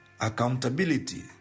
accountability